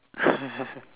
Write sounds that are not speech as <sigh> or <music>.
<laughs>